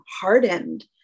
hardened